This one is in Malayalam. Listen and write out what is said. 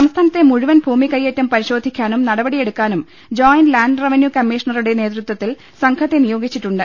സംസ്ഥാനത്തെ മുഴുവൻ ഭൂമി കയ്യേറ്റം പരിശോധിക്കാനും നടപടിയെടുക്കാനും ജോയന്റ് ലാന്റ് റവന്യു കമ്മീഷണറുടെ നേതൃത്വത്തിൽ സംഘത്തെ നിയോഗിച്ചിട്ടുണ്ട്